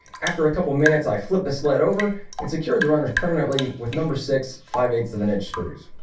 after a couple minutes, i flipped the sled over and secured the runners permanently with number six five eight of an inch screws.